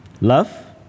love